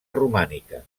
romànica